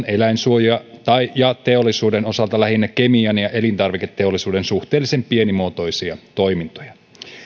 eläinsuojia ja teollisuuden osalta lähinnä kemian ja elintarviketeollisuuden suhteellisen pienimuotoisia toimintoja